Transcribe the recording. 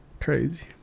Crazy